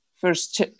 first